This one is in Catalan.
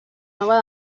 nova